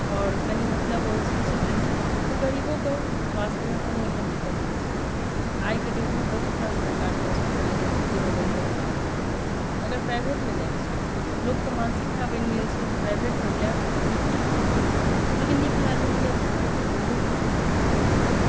आओर कनि मतलब ओ शिक्षित रहै तऽ गरीबोके स्वास्थ्यमे कोनो एहन दिक्कत नहि छै आइके डेटमे बहुत रास सरकारी हॉस्पिटल एहन छै जाहिमे बेहतर इलाज भऽ रहल छै अगर प्राइभेटमे जाइत छै लोकके मानसिकता बनि गेल छै जे प्राइभेटमे जायब नीक इलाज होयत लेकिन नीक इलाज ओहिमे नहि भऽ रहल छै ओ लूटपाट भऽ रहल छै प्राइभेटमे